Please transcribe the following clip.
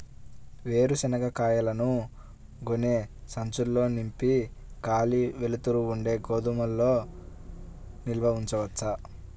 వేరుశనగ కాయలను గోనె సంచుల్లో నింపి గాలి, వెలుతురు ఉండే గోదాముల్లో నిల్వ ఉంచవచ్చా?